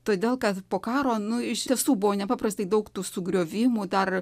todėl kad po karo nu iš tiesų buvo nepaprastai daug tų sugriovimų dar